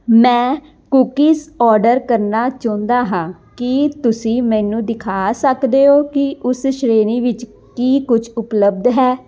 ਮੈਂ cookies order ਕਰਨਾ ਚਾਹੁੰਦਾ ਹਾਂ ਕੀ ਤੁਸੀਂ ਮੈਨੂੰ ਦਿਖਾ ਸਕਦੇ ਹੋ ਕੀ ਉਸ ਸ਼੍ਰੇਣੀ ਵਿੱਚ ਕੀ ਕੁਛ ਉਪਲੱਬਧ ਹੈ